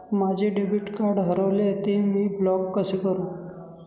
माझे debit card हरविले आहे, ते मी ब्लॉक कसे करु?